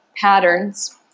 patterns